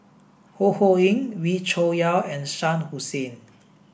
Ho Ho Ying Wee Cho Yaw and Shah Hussain